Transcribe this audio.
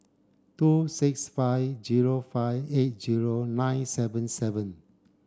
two six five zero five eight zero nine seven seven